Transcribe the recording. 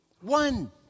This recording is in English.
One